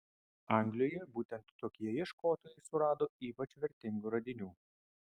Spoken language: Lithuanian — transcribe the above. anglijoje būtent tokie ieškotojai surado ypač vertingų radinių